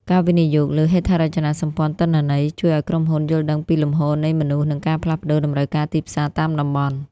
ការវិនិយោគលើ "ហេដ្ឋារចនាសម្ព័ន្ធទិន្នន័យ" ជួយឱ្យក្រុមហ៊ុនយល់ដឹងពីលំហូរនៃមនុស្ស និងការផ្លាស់ប្តូរតម្រូវការទីផ្សារតាមតំបន់។